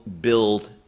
build